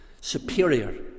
superior